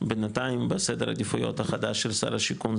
בינתיים בסדר העדיפויות החדש של שר השיכון,